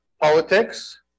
Politics